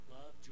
Love